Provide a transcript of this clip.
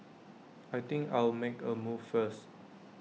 I think I'll make A move first